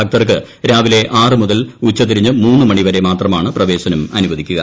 ഭക്തർക്ക് രാവിലെ ആറ് മുതൽ ഉച്ചതിരിഞ്ഞ് മൂന്ന് മണി വരെ മാത്രമാണ് പ്രവേശനം അനുവദിക്കുക